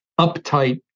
uptight